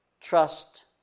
trust